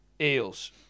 Eels